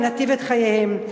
וניטיב את חייהם.